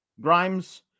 Grimes